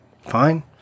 fine